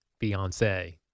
Beyonce